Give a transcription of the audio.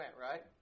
right